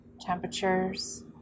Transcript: temperatures